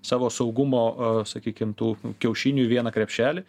savo saugumo sakykim tų kiaušinių į vieną krepšelį